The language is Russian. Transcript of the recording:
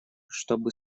чтобы